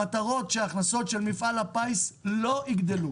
המטרה שהכנסת מפעל הפיס לא תגדל.